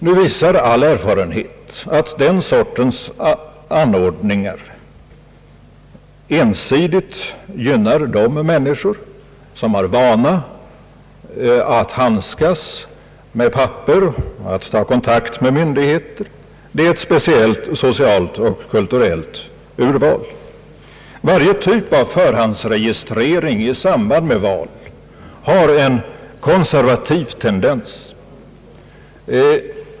Nu visar all erfarenhet att den sortens anordning ensidigt gynnar de människor som har vana att handskas med papper, att ta kontakt med myndigheter. Det är ett speciellt socialt och kulturellt urval. Varje typ av förhandsregistrering i samband med val har en konservativ tendens.